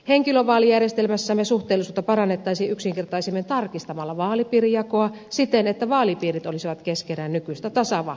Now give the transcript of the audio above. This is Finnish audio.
henkilövaalijärjestelmässämme suhteellisuutta parannettaisiin yksinkertaisemmin tarkistamalla vaalipiirijakoa siten että vaalipiirit olisivat keskenään nykyistä tasavahvempia